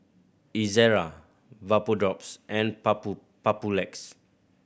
Ezerra Vapodrops and Papulex